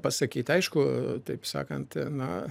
pasakyt aišku taip sakant na